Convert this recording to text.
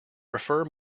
refer